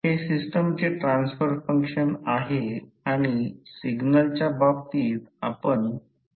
आणि ही maximum flux density आहे आणि असे म्हणू शकतो की हे स्टॅच्यूरेटेड आहे